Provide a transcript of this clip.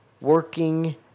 working